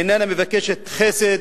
איננה מבקשת חסד,